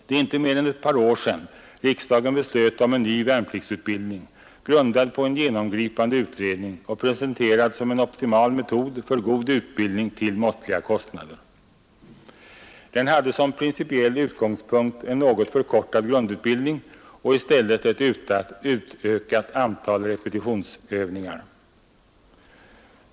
Det är inte mer än ett par år sedan riksdagen beslöt om en ny värnpliktsutbildning, grundad på en genomgripande utredning och presenterad som en optimal metod för god utbildning till måttliga kostnader. Den hade som principiell utgångspunkt en något förkortad grundutbildning och i stället ett utökat antal repetitionsövningar.